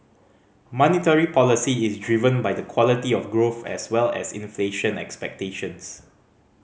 monetary policy is driven by the quality of growth as well as inflation expectations